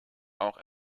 auch